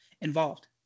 involved